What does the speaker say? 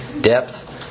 depth